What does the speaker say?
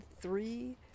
three